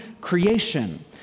creation